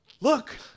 Look